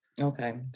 Okay